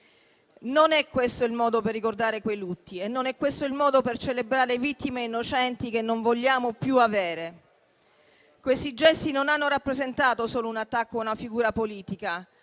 Non è questo il modo per ricordare quei lutti e non è questo il modo per celebrare vittime innocenti che non vogliamo più avere. Questi gesti non hanno rappresentato solo un attacco a una figura politica,